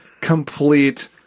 complete